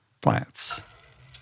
plants